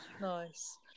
nice